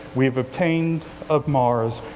we've obtained of mars,